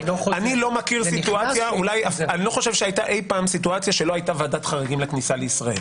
אני לא חושב שהיתה אי פעם סיטואציה שלא היתה ועדת חריגים לכניסה לישראל,